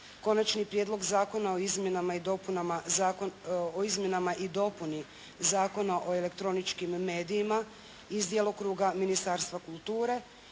Konačni prijedlog Zakona o izmjenama i dopuni Zakona o elektroničkim medijima iz djelokruga Ministarstva kulture